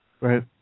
Right